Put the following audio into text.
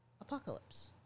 Apocalypse